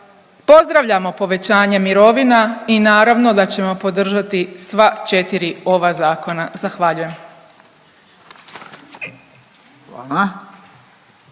pozdravljamo povećanje mirovina i naravno da ćemo podržati sva 4 ova zakona. Zahvaljujem.